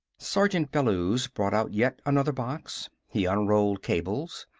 sergeant bellews brought out yet another box. he unrolled cables.